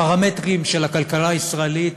הפרמטרים של הכלכלה הישראלית